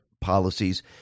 policies